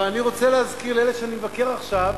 ואני רוצה להזכיר לאלה שאני מבקר עכשיו